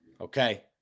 Okay